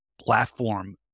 platform